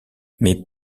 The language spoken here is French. mes